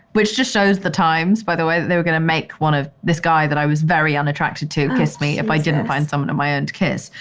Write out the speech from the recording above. which just shows the times, by the way, that they were gonna make one of, this guy that i was very unattractive to kiss me if i didn't find someone on my own and kiss.